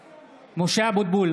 (קורא בשמות חברי הכנסת) משה אבוטבול,